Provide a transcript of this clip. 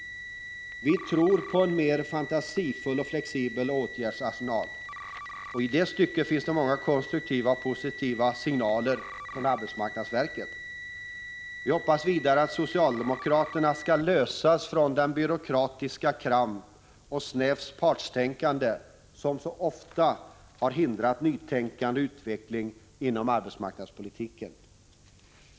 Vi tror på en mer fantasifull och flexibel åtgärdsarsenal. I det stycket finns det många konstruktiva och positiva signaler från arbetsmarknadsverket. Vi hoppas vidare att socialdemokraterna skall lösas från den byråkratiska kramp och det snäva partstänkande som så ofta har hindrat nytänkande och utveckling inom arbetsmarknadspolitiken.